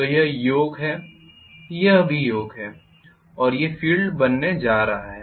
तो यह योक है यह भी योक है और ये फील्ड बनने जा रहा है